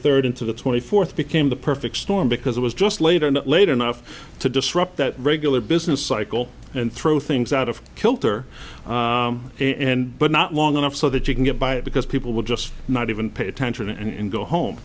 third into the twenty fourth became the perfect storm because it was just later that late enough to disrupt that regular business cycle and throw things out of kilter and but not long enough so that you can get by it because people will just not even attention and go home